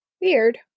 Weird